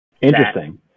Interesting